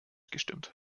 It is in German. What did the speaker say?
gestimmt